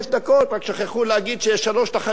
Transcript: רק שכחו להגיד שיש שלוש תחנות בדרך,